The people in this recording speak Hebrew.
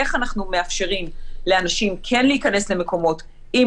איך אנחנו מאפשרים לאנשים כן להיכנס למקומות עם